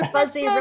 Fuzzy